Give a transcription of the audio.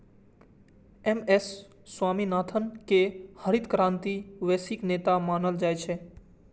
M S Swaminathan कें हरित क्रांतिक वैश्विक नेता मानल जाइ छै